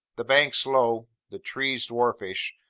the banks low, the trees dwarfish,